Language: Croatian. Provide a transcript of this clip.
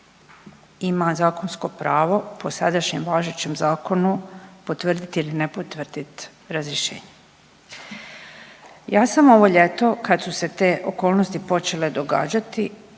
ima zakonsko pravo po sadašnjem važećem zakonu potvrditi ili ne potvrdit razrješenje. Ja sam ovo ljeto kad su se te okolnosti počele događati